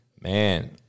Man